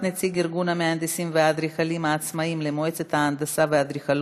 נציג ארגון המהנדסים והאדריכלים העצמאיים למועצת ההנדסה והאדריכלות),